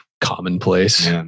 commonplace